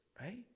right